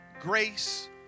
grace